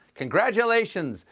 congratulations,